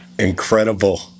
Incredible